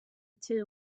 two